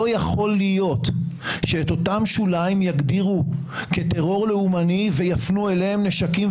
לא יכול להיות שאת אותם שוליים יגדירו כטרור לאומני ויפנו אליהם נשקים.